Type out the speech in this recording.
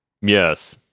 Yes